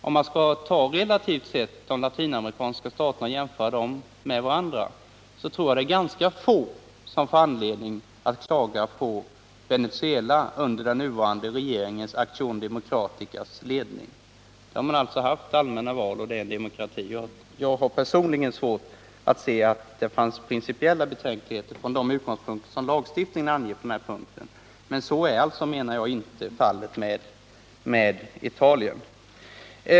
Om man skulle se det hela relativt och jämföra de latinamerikanska staterna med varandra tror jag att ganska få skulle få anledning att klaga på Venezuela under den nuvarande regeringens, Acciön democratica, ledning. Där har man alltså haft allmänna val, och det är en demokrati. Jag har personligen svårt att se att det finns principiella betänkligheter från de utgångspunkter lagstiftningen anger på den här punkten. Men så är, menar jag, inte fallet med Italien.